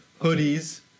hoodies